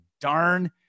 darn